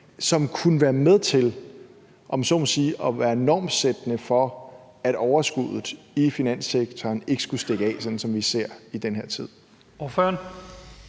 om man så må sige, at være normsættende, for at overskuddet i finanssektoren ikke skulle stikke af, sådan som vi ser det i den her tid?